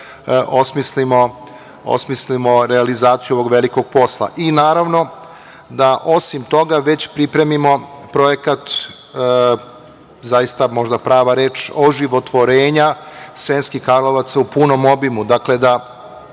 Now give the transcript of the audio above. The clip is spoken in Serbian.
da osmislimo realizaciju ovog velikog posla i naravno da osim toga već pripremimo projekat, zaista možda prava reč, oživotvorenja Sremskih Karlovaca u punom obimu,